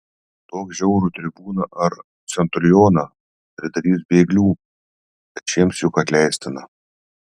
duok žiaurų tribūną ar centurioną pridarys bėglių bet šiems juk atleistina